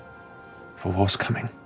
for war's coming.